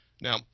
Now